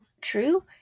true